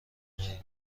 هایی